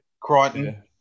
Crichton